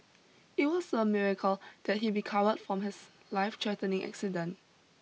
it was a miracle that he recovered from his lifethreatening accident